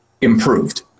improved